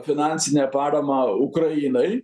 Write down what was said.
finansinę paramą ukrainai